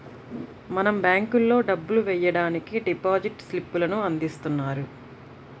మనం బ్యేంకుల్లో డబ్బులు వెయ్యడానికి డిపాజిట్ స్లిప్ లను అందిస్తున్నారు